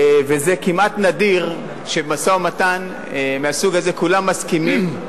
זה כמעט נדיר שמשא-ומתן מהסוג הזה, כולם מסכימים,